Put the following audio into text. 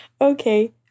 Okay